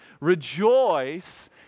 Rejoice